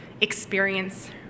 experience